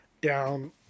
down